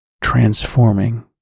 transforming